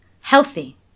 Healthy